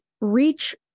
reach